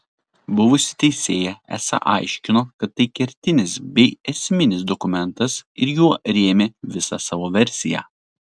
buvusi teisėja esą aiškino kad tai kertinis bei esminis dokumentas ir juo rėmė visą savo versiją